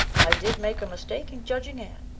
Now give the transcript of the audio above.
i did make a mistake in judging anne,